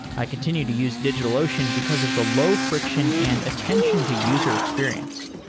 i continue to use digitalocean, because of the low friction and attention to user experience.